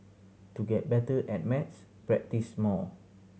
to get better at maths practise more